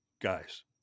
guys